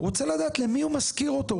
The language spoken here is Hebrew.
רוצה לדעת למי הוא משכיר אותו,